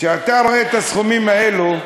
כשאתה רואה את הסכומים האלה,